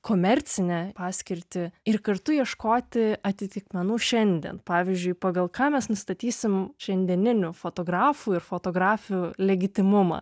komercinę paskirtį ir kartu ieškoti atitikmenų šiandien pavyzdžiui pagal ką mes nustatysim šiandieninių fotografų ir fotografių legitimumą